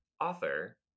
author